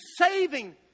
saving